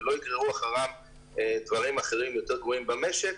ולא יגררו אחריו דברים אחרים יותר גרועים במשק,